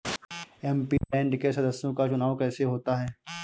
MP land के सदस्यों का चुनाव कैसे होता है?